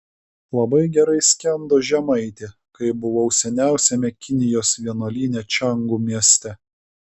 labai gerai skendo žemaitė kai buvau seniausiame kinijos vienuolyne čiangu mieste